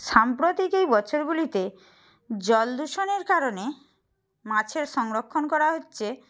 সাম্প্রতিক এই বছরগুলিতে জল দূষণের কারণে মাছের সংরক্ষণ করা হচ্ছে